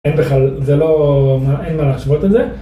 אין בכלל, זה לא, אין מה להשוות את זה.